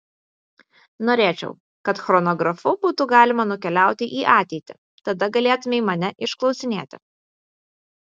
norėčiau kad chronografu būtų galima nukeliauti į ateitį tada galėtumei mane išklausinėti